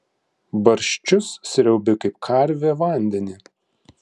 barščius sriaubi kaip karvė vandenį